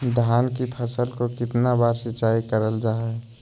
धान की फ़सल को कितना बार सिंचाई करल जा हाय?